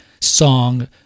song